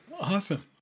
Awesome